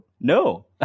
No